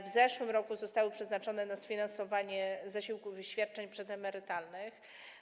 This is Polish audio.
W zeszłym roku zostały przeznaczone na sfinansowanie zasiłków i świadczeń przedemerytalnych.